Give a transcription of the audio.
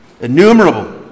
Innumerable